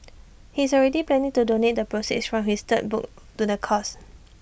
he's already planning to donate the proceeds from his third book to the cause